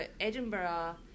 Edinburgh